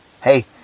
hey